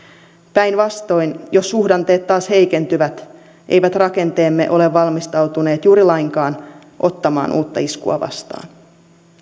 päinvastoin jos suhdanteet taas heikentyvät eivät rakenteemme ole valmistautuneet juuri lainkaan ottamaan uutta iskua vastaan